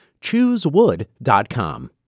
Choosewood.com